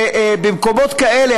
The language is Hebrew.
ובמקומות כאלה,